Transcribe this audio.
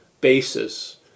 basis